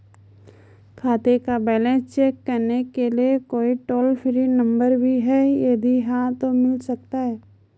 खाते का balance check करने के लिए कोई टॉल फ्री नम्बर भी है यदि हाँ तो मिल सकता है?